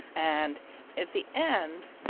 and at the end,